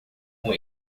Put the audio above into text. com